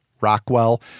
Rockwell